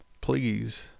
please